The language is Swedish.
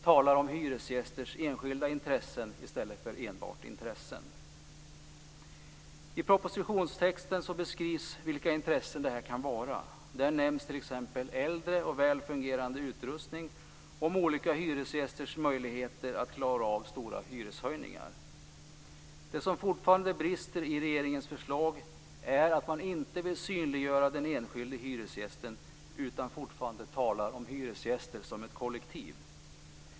Man talar om hyresgästers skilda intressen i stället för enbart intressen. I propositionstexten beskrivs vilka intressen det kan vara fråga om. Där nämns t.ex. äldre och väl fungerande utrustning och olika hyresgästernas möjligheter att klara av stora hyreshöjningar. Det som fortfarande brister i regeringens förslag är att man inte vill synliggöra den enskilde hyresgästen, utan man talar fortfarande om hyresgäster som ett kollektiv.